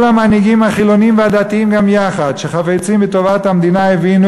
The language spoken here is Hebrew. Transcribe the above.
כל המנהיגים החילונים והדתיים גם יחד שחפצים בטובת המדינה הבינו